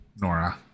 Nora